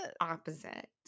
Opposite